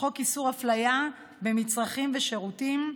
חוק איסור הפליה במצרכים ושירותים,